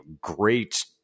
great